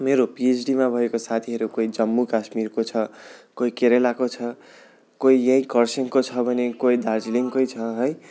मेरो पिएचडीमा भएको साथीहरू कोही जम्मु कश्मिरको छ कोही केरेलाको छ अनि कोही यही कर्स्याङको छ भने कोई दार्जिलिङ्गको छ है